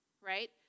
right